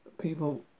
People